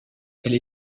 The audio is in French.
elle